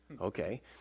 Okay